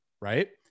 right